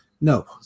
No